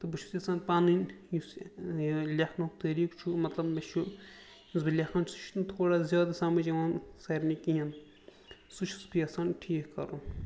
تہٕ بہٕ چھُس یَژھان پَنٕنۍ یُس یہِ لیٚکھنُک طٔریٖقہٕ چھُ مطلب مےٚ چھُ یُس بہٕ لیٚکھان چھُس سُہ چھِنہٕ تھوڑا زیادٕ سَمٕجھ یِوان سارنی کِہیٖنۍ سُہ چھُس بہٕ یَژھان ٹھیٖک کَرُن